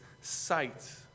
sight